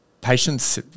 patients